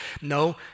No